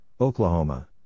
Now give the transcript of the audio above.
Oklahoma